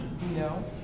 No